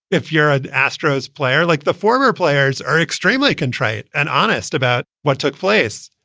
if you're an astros player, like the former players are extremely contrite and honest about what took place,